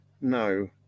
No